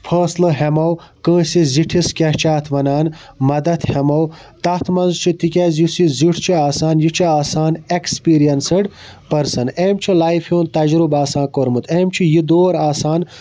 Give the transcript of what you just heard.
فٲصلہٕ ہیٚمو کٲنٛسہِ زِٹھِس کیاہ چھِ اتھ وَنان مَدَد ہیٚمو تَتھ مَنٛز چھُ تکیازِ یُس یہِ زیُٹھ چھُ آسان یہِ چھُ آسان ایٚکسپیٖریَنسٕڈ پٔرسَن أمۍ چھُ لایفہِ ہُنٛد تَجرُبہٕ آسان کوٚرمُت أمۍ چھُ یہِ دور آسان